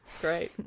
Great